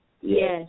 Yes